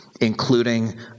including